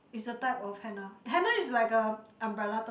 it's a type of henna henna is like a umbrella term